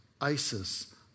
ISIS